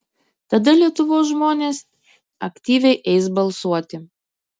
tada lietuvos žmonės aktyviai eis balsuoti